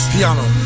Piano